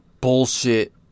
bullshit